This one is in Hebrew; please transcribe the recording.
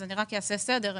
אני אעשה סדר.